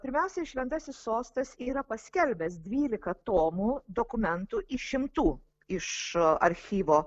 pirmiausiai šventasis sostas yra paskelbęs dvylika tomų dokumentų išimtų iš archyvo